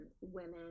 Women